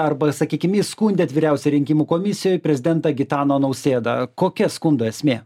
arba sakykim įskundėt vyriausią rinkimų komisijoj prezidentą gitaną nausėdą kokia skundo esmė